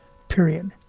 period,